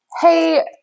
hey